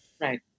Right